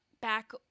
back